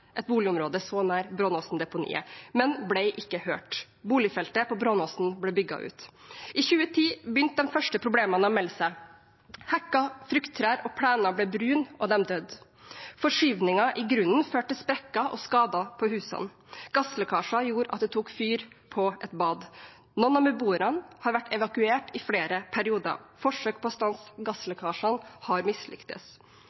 et boligområde så nært Brånåsen-deponiet, men ble ikke hørt. Boligfeltet på Brånåsen ble bygget ut. I 2010 begynte de første problemene å melde seg. Hekker, frukttrær og plener ble brune, og de døde. Forskyvninger i grunnen førte til sprekker og skader på husene. Gasslekkasjer gjorde at det tok fyr på et bad. Noen av beboerne har vært evakuert i flere perioder. Forsøk på